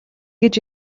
гэж